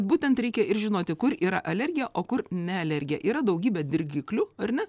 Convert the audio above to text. būtent reikia ir žinoti kur yra alergija o kur ne alergija yra daugybė dirgiklių ar ne